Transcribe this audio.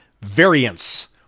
variance